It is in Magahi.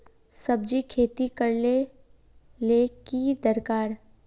सब्जी खेती करले ले की दरकार?